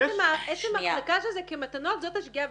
עצם הצגה של זה כמתנות זאת השגיאה.